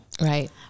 right